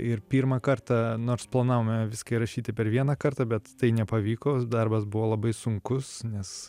ir pirmą kartą nors planavome viską įrašyti per vieną kartą bet tai nepavyko darbas buvo labai sunkus nes